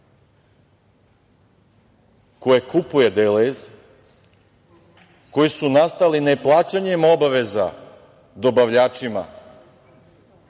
koje kupuje „Deleze“, koji su nastali neplaćanjem obaveza dobavljačima